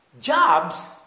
jobs